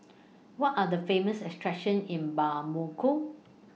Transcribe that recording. What Are The Famous attractions in Bamako